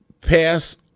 pass